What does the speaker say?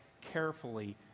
carefully